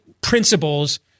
principles